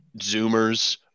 Zoomers